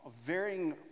varying